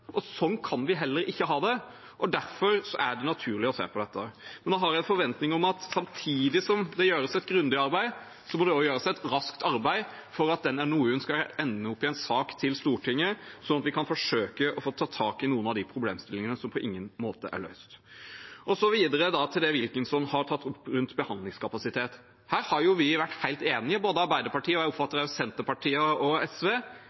ha det, og derfor er det naturlig å se på dette. Nå har jeg en forventning om at det samtidig som det gjøres et grundig arbeid, også må gjøres et raskt arbeid for at den NOU-en skal ende opp i en sak til Stortinget sånn at vi kan forsøke å få tatt tak i noen av de problemstillingene som på ingen måte er løst. Så videre til det Wilkinson har tatt opp rundt behandlingskapasitet. Her har vi vært helt enige, både Arbeiderpartiet og jeg oppfatter også Senterpartiet og SV,